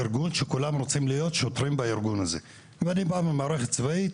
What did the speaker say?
ארגון שכולם רוצים להיות שוטרים בארגון הזה ואני בא ממערכת צבאית,